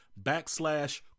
backslash